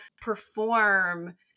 perform